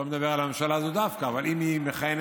לא מדבר דווקא על הממשלה הזו,